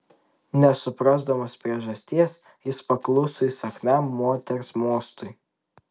nesuprasdamas priežasties jis pakluso įsakmiam moters mostui